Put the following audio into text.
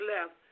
left